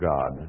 God